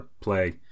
play